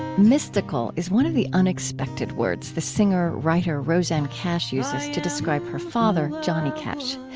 mystical is one of the unexpected words the singer writer rosanne cash uses to describe her father johnny cash.